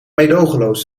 meedogenloos